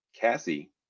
Cassie